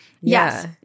Yes